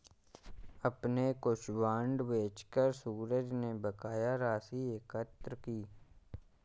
अपने कुछ बांड बेचकर सूरज ने बकाया राशि एकत्र की